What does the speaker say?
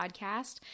podcast